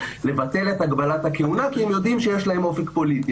לבטל את הגבלת הכהונה כי הם יודעים שיש להם אופק פוליטי.